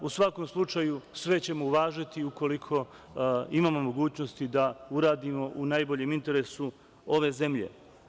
U svakom slučaju, sve ćemo uvažiti, ukoliko imamo mogućnosti da uradimo, u najboljem interesu ove zemlje.